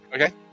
Okay